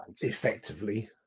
Effectively